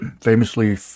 Famously